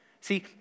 See